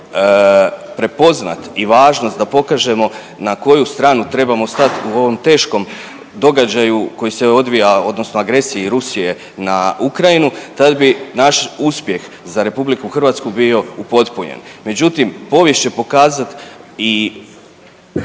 prepoznat i važnost da pokažemo na koju stranu trebamo stati u ovom teškom događaju koji se odvija odnosno agresiji Rusije na Ukrajinu tad bi naš uspjeh za RH bio upotpunjen. Međutim, povijest će pokazat i